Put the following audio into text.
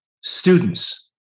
students